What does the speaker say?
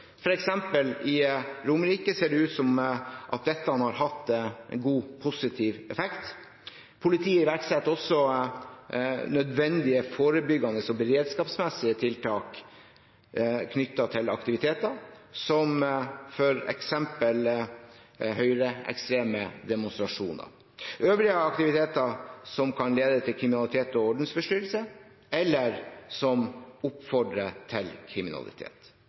i Romerike ser det ut til at dette har hatt en god, positiv effekt. Politiet iverksetter også nødvendige forebyggende og beredskapsmessige tiltak knyttet til aktiviteter som f.eks. høyreekstreme demonstrasjoner, øvrige aktiviteter som kan lede til kriminalitet og ordensforstyrrelse, eller som oppfordrer til kriminalitet.